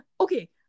Okay